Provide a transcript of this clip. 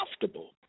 comfortable